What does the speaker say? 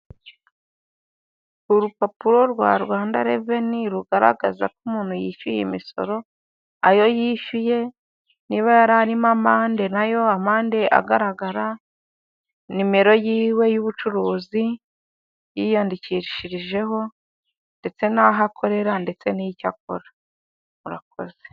Urupapuro rwa Rwanda reveni rugaragazako umuntu yishyuye imisoro, ayo yishyuye, niba yari arimo amande nayo, amande agaragara, nimero yiwe y'ubucuruzi yiyandikishijeho ndetse n'aho akorera ndetse n'icyo akora, murakoze.